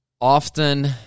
often